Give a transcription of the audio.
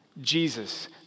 jesus